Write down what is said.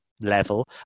level